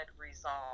resolve